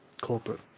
corporate